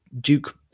Duke